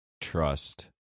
trust